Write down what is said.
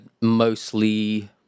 mostly